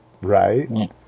right